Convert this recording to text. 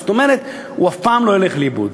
זאת אומרת, הוא אף פעם לא ילך לאיבוד.